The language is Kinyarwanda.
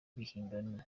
ibihimbano